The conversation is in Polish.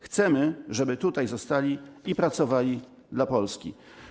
Chcemy, żeby tutaj zostali i pracowali dla Polski.